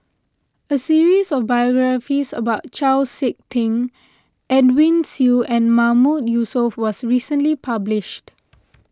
a series of biographies about Chau Sik Ting Edwin Siew and Mahmood Yusof was recently published